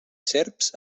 serps